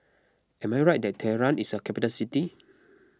am I right that Tehran is a capital city